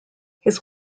his